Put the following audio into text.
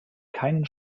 keinen